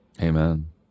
Amen